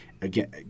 Again